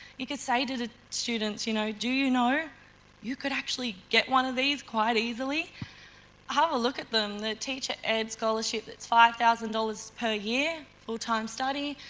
you could say to the students you know do you know, you could actually get one of these quite easily have a look at them the teacher ed scholarship that's five thousand dollars per year, full time study.